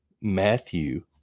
matthew